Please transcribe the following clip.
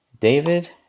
David